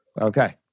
okay